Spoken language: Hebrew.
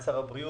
את שר הבריאות,